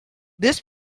this